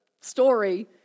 story